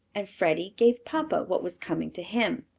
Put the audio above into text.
and freddie gave papa what was coming to him.